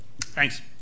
Thanks